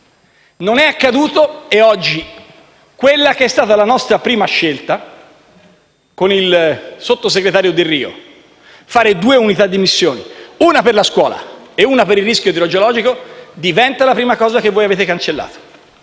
signor Presidente, e oggi quella che è stata la nostra prima scelta, con il sottosegretario Delrio, fare due unità di missioni, una per la scuola e una per il rischio idrogeologico, diventa la prima cosa che voi avete cancellato.